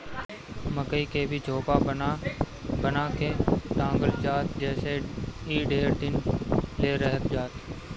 मकई के भी झोपा बना बना के टांगल जात ह जेसे इ ढेर दिन ले रहत जाए